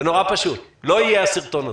לא יהיה הסרטון הזה.